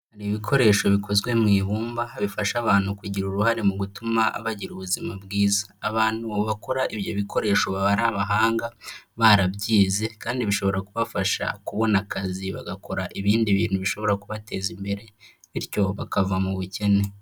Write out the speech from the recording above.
Ni ibikoresho bikozwe mu ibumba bifasha abantu kugira uruhare mu gutuma bagira ubuzima bwiza abantu bakora ibyo bikoresho baba ari abahanga barabyize kandi bishobora kubafasha kubona akazi bagakora ibindi bintu bishobora kubateza imbere bityo bakava mu bukene.